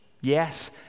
Yes